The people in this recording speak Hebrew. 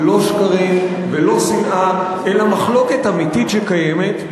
לא שקרים, ולא שנאה, אלא מחלוקת אמיתית שקיימת,